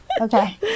Okay